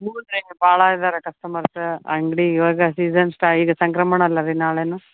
ಭಾಳ ಇದ್ದಾರೆ ಕಸ್ಟಮರ್ಸ್ ಅಂಗಡಿ ಇವಾಗ ಸೀಸನ್ ಸ್ಟಾ ಈಗ ಸಂಕ್ರಮಣ ಅಲ್ಲ ರೀ ನಾಳೆನು